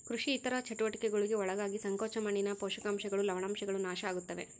ಕೃಷಿ ಇತರ ಚಟುವಟಿಕೆಗುಳ್ಗೆ ಒಳಗಾಗಿ ಸಂಕೋಚ ಮಣ್ಣಿನ ಪೋಷಕಾಂಶಗಳು ಲವಣಾಂಶಗಳು ನಾಶ ಆಗುತ್ತವೆ